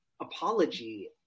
apology